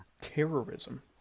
Terrorism